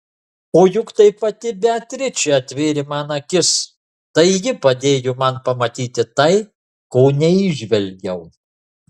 o juk tai pati beatričė atvėrė man akis tai ji padėjo man pamatyti tai ko neįžvelgiau